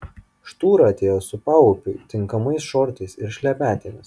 štūra atėjo su paupiui tinkamais šortais ir šlepetėmis